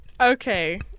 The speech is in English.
Okay